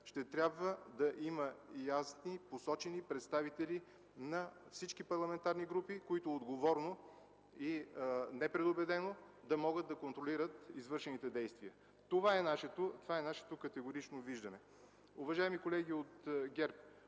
ще трябва да има ясно посочени представители на всички парламентарни групи, които отговорно и непредубедено да могат да контролират извършените действия. Това е нашето категорично виждане. Уважаеми колеги от ГЕРБ,